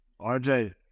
RJ